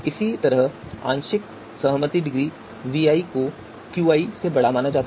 इसी तरह आंशिक सहमति में डिग्री vi को qi से बड़ा माना जाता है